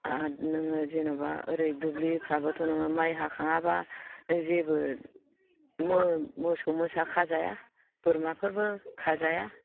आर नोङो जेन'बा ओरै दुब्लिफ्राबोथ' नोङो माइ हाखाङाबा जेबो मोसौ मोसा खाजाया बोरमाफोरबो खाजाया